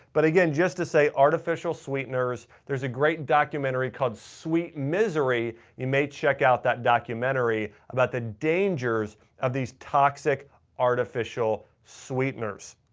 but again, just to say artificial sweeteners, there's a great documentary called sweet misery. you may check out that documentary about the dangers of these toxic artificial sweeteners.